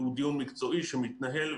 הוא דיון מקצועי שמתנהל,